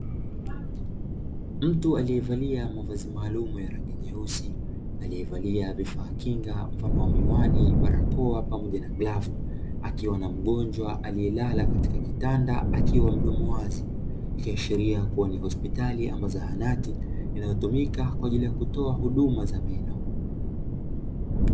Mtu aliyevalia mavazi maalumu ya rangi nyeusi, aliyevalia vifaa kinga mfano wa miwani, barakoa, pamoja na glavu akiwa na mgonjwa aliyelala katika kitanda akiwa mdomo wazi. Ikiashiria kuwa ni hospitali ama zahanati inayotumika kwa ajili ya kutoa huduma za meno.